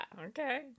Okay